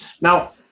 Now